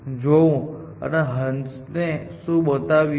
Zhou અને હંસને શું બતાવ્યું